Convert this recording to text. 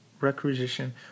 requisition